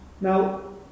Now